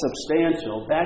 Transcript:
substantial